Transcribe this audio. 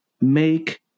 make